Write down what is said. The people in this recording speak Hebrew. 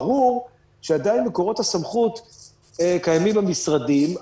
ברור שעדיין מקורות הסמכות קיימים במשרדים,